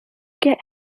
get